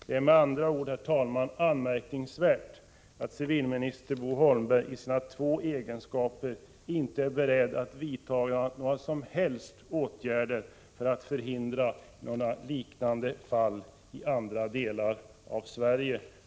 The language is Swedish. Det är anmärkningsvärt att civilminister Bo Holmberg i sina två egenskaper inte är beredd att vidta några åtgärder för att förhindra liknande fall i andra delar av Sverige.